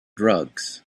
drugs